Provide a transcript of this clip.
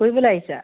ফুৰিবলৈ আহিছা